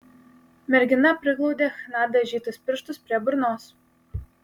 mergina priglaudė chna dažytus pirštus prie burnos